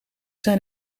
zijn